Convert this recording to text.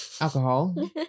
alcohol